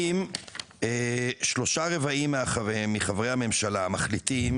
אם שלושה רבעים מחברי הממשלה מחליטים